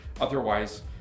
Otherwise